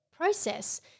process